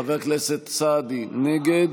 חבר הכנסת סעדי, נגד.